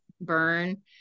burn